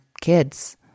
kids